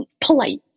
polite